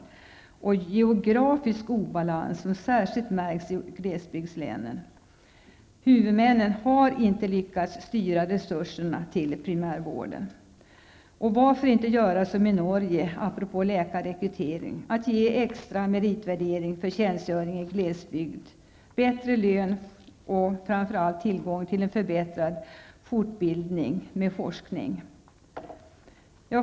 Det råder även geografisk obalans som märks särskilt i glesbygdslänen. Huvudmännen har inte lyckats styra resurserna till primärvården. Varför gör man inte som i Norge i fråga om läkarrekrytering, nämligen ger extra meritvärdering för tjänstgöring i glesbygd, bättre lön och framför allt tillgång till en förbättrad fortbildning och med forskning?